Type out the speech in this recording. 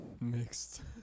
mixed